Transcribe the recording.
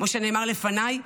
כמו שנאמר לפניי,